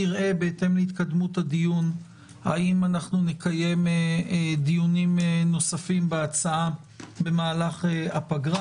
נראה בהתאם להתקדמות הדיון האם נקיים דיונים נוספים בהצעה במהלך הפגרה.